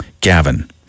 Gavin